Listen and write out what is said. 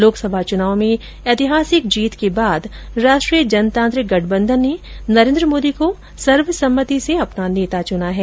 लोकसभा चुनाव में एतिहासिक जीत के बाद राष्ट्रीय जनतांत्रिक गठबंधन ने नरेन्द्र मोदी को सर्वसम्मति से अपना नेता च्ना है